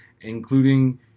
including